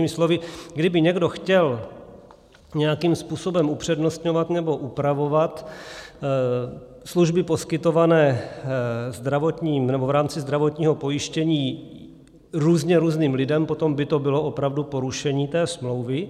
Jinými slovy, kdyby někdo chtěl nějakým způsobem upřednostňovat nebo upravovat služby poskytované v rámci zdravotního pojištění různě různým lidem, potom by to bylo opravdu porušení té smlouvy.